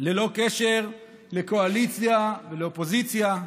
ללא קשר לקואליציה ולאופוזיציה: